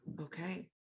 Okay